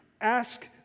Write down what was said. Ask